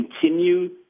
continue